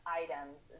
items